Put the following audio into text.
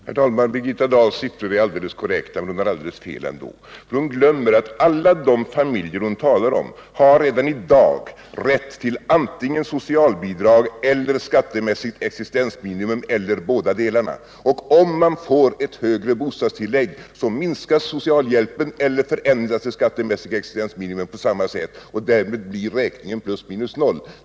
Herr talman! Birgitta Dahls siffror är alldeles korrekta, men hon har ändå alldeles fel. Hon glömmer att alla de familjer hon talar om redan i dag har rätt till antingen socialbidrag eller skattemässigt existensminimum eller bådadera. Om man får högre bostadstillägg minskas socialhjälpen eller förändras skattemässigt existensminimum på samma sätt, och därför blir resultatet plus minus noll.